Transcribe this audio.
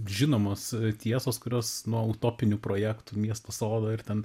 žinomos tiesos kurios nuo utopinių projektų miesto sodo ir ten